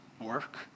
work